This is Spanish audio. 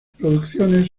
producciones